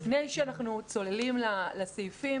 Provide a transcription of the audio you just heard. וזה לפני שאנחנו צוללים לסעיפים,